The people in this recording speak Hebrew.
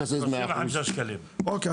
אוקיי,